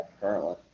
currently